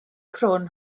crwn